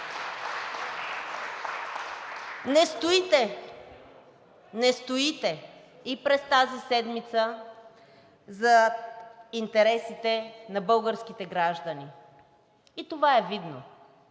Не стоите и през тази седмица зад интересите на българските граждани и това е видно.